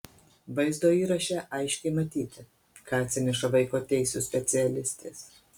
vaizdo įraše aiškiai matyti ką atsineša vaiko teisių specialistės